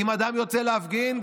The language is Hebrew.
אם אדם יוצא להפגין,